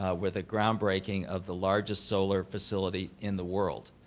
ah with a groundbreaking of the largest solar facility in the world.